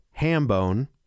Hambone